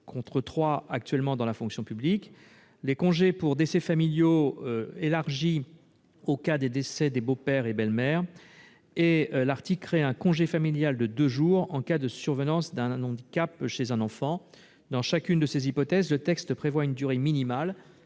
contre trois actuellement dans la fonction publique. En outre, les congés pour décès familiaux seraient élargis aux cas de décès des beaux-pères et belles-mères. Enfin, un congé familial de deux jours serait créé en cas de survenance d'un handicap chez un enfant. Dans chacune de ces hypothèses, le texte prévoit une durée minimale,